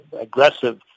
aggressive